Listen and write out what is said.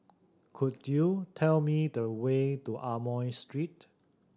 could you tell me the way to Amoy Street